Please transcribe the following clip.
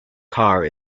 car